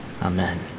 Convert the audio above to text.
Amen